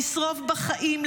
לשרוף בחיים,